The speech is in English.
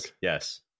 yes